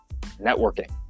networking